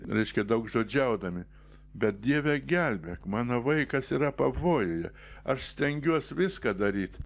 reiškia daugžodžiaudami bet dieve gelbėk mano vaikas yra pavojuje aš stengiuosi viską daryt